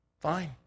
fine